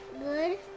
Good